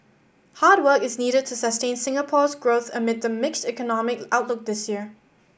hard work is needed to sustain Singapore's growth amid the mixed economic outlook this year